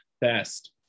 best